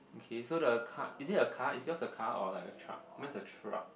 okay so the car is it a car is yours a car or like a truck mine is a truck